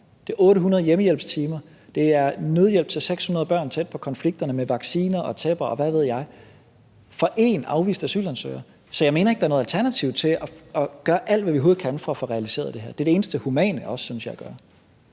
Det er 800 hjemmehjælpstimer, det er nødhjælp til 600 børn tæt på konflikterne med vacciner og tæpper, og hvad ved jeg – for én afvist asylansøger. Så jeg mener ikke, der er noget alternativ til at gøre alt, hvad vi overhovedet kan for at få realiseret det her. Det er også det eneste humane at gøre, synes jeg. Kl.